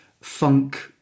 funk